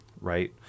right